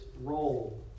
role